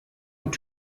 und